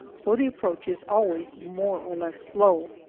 for the approach is always more or less slow,